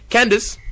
Candice